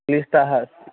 क्लिष्टा अस्ति